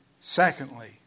secondly